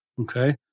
Okay